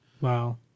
Wow